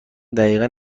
دقیقن